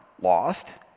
lost